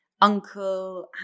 uncle